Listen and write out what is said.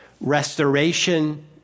restoration